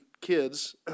kids